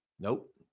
nope